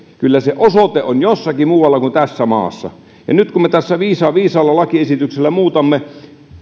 kyllä se osoite on jossakin muualla kuin tässä maassa ja nyt me tässä viisaalla lakiesityksellä muutamme